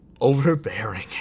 overbearing